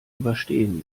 überstehen